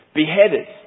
beheaded